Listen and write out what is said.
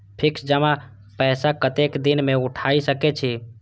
Fix जमा पैसा कतेक दिन में उठाई सके छी?